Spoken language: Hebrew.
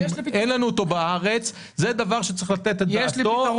אין לנו אותו בארץ זה דבר שצריך לתת עליו את הדעת,